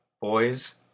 Boys